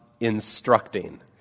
instructing